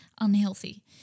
unhealthy